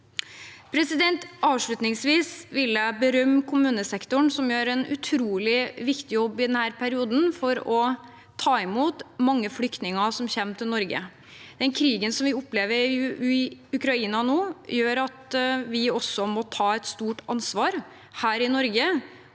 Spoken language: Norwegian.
Avslutningsvis vil jeg berømme kommunesektoren, som gjør en utrolig viktig jobb i denne perioden for å ta imot mange flyktninger som kommer til Norge. Krigen som de opplever i Ukraina nå, gjør at vi må ta et stort ansvar her i Norge.